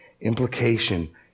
Implication